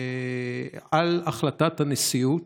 על החלטת הנשיאות,